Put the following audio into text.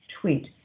tweet